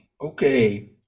okay